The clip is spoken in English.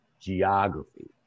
geography